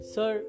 Sir